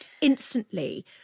instantly